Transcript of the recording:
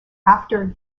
after